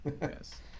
Yes